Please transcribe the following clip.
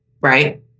right